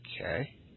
Okay